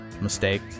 mistake